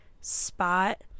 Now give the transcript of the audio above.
spot